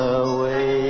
away